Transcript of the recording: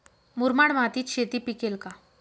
मुरमाड मातीत शेती पिकेल का?